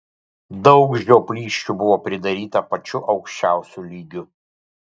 daug žioplysčių buvo pridaryta pačiu aukščiausiu lygiu